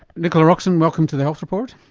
nicola roxon welcome to the health report.